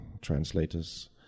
translators